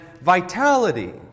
vitality